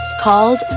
called